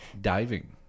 diving